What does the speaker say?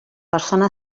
persona